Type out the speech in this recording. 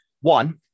One